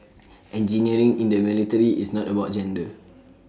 engineering in the military is not about gender